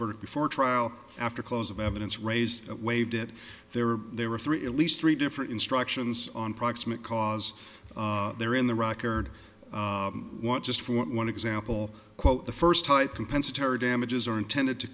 it before trial after close of evidence raised it waived it there were there were three at least three different instructions on proximate cause they're in the record want just for one example quote the first type compensatory damages are intended to